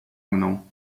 mną